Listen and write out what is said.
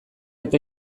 eta